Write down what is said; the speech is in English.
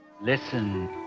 Listen